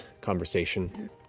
conversation